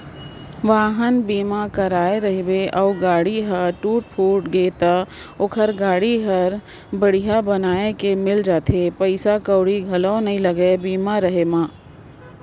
वाहन बीमा कराए रहिबे अउ गाड़ी ल टूट फूट गे त ओखर गाड़ी हर बड़िहा बनाये के मिल जाथे पइसा कउड़ी घलो नइ लागे बीमा रहें में